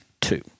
Two